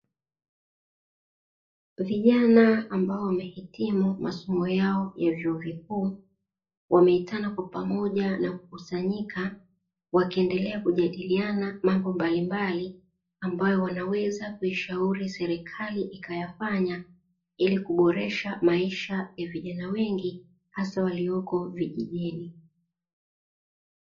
Vijana ambao wamehitimu masomo yao ya vyuo vikuu, wameitana kwa pamoja na kukusanyika, wakiendelea kujadiliana mambo mbalimbali ambayo wanaweza kuishauri serikali ikayafanya ili kuboresha maisha ya vijana wengi, hasa waliopo vijijini.